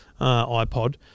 iPod